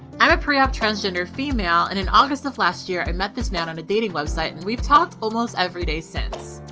i'm a pre-op transgender female and in august of last year, i met this man on a dating website and we've talked almost every day since.